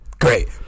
Great